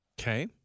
Okay